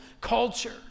culture